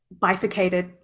bifurcated